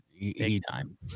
Anytime